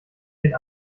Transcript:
den